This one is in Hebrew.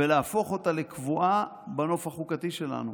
ולהפוך אותה לקבועה בנוף החוקתי שלנו?